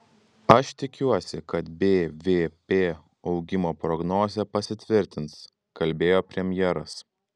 aš tikiuosi kad bvp augimo prognozė pasitvirtins kalbėjo premjeras